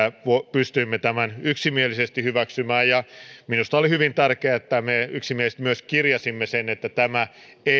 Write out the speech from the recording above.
pystyimme tämän yksimielisesti hyväksymään minusta oli hyvin tärkeää että me yksimielisesti myös kirjasimme sen että tämä ei anna